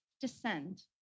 descend